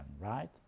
right